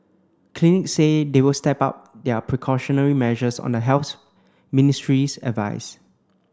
clinics said they will step up their precautionary measures on the Health Ministry's advice